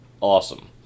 awesome